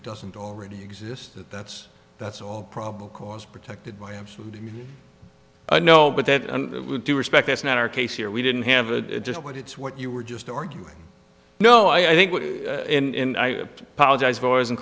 it doesn't already exist that's that's all probable cause protected by absolutely no but that i do respect that's not our case here we didn't have a just what it's what you were just arguing no i think